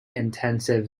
intensive